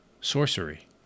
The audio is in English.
sorcery